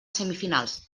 semifinals